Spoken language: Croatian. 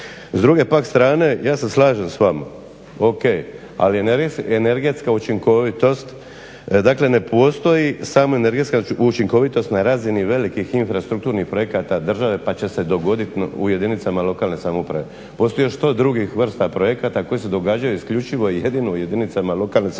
S druge pak strane ja se slažem s vama, ok, ali energetska učinkovitost dakle ne postoji samo energetska učinkovitost na razini velikih infrastrukturnih projekata države pa će se dogoditi u jedinicama lokalne samouprave. Postoji još 100 drugih vrsta projekata koji se događaju isključivo i jedino u jedinicama lokalne samouprave.